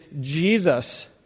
Jesus